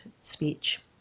speech